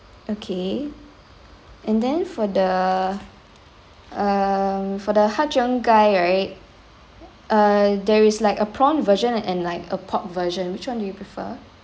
okay and then for the err for the har cheong gai right uh there is like a prawn version and like a pork version which one do you prefer